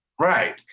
Right